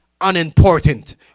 unimportant